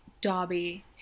Dobby